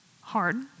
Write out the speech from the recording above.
hard